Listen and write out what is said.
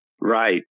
Right